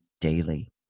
daily